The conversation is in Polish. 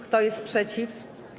Kto jest przeciw?